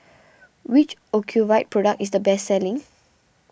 which Ocuvite product is the best selling